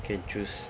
can choose